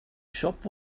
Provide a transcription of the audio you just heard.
shop